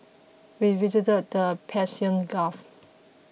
we visited the Persian Gulf